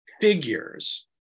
figures